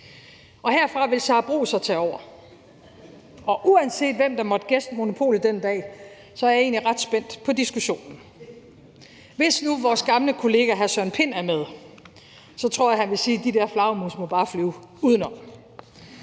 Herfra vil Sara Bro så tage over, og uanset hvem der måtte gæste Monopolet den dag, er jeg egentlig ret spændt på diskussionen. Hvis nu vores gamle kollega hr. Søren Pind er med, tror jeg han vil sige, at de der flagermus bare må flyve uden om.